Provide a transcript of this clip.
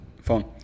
Phone